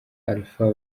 alpha